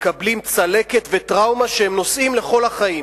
מקבלים צלקת וטראומה שהם נושאים כל החיים,